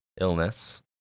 illness